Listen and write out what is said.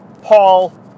Paul